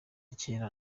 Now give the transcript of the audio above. kera